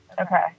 Okay